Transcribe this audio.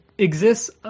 exists